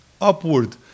upward